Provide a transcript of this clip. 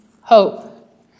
hope